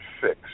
fix